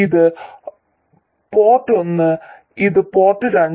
ഇത് പോർട്ട് ഒന്ന് ഇത് പോർട്ട് രണ്ട്